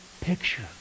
picture